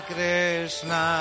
Krishna